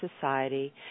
Society